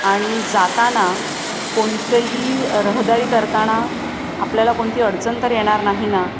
आणि जाताना कोणतेही रहदारी करताना आपल्याला कोणती अडचण तर येणार नाही ना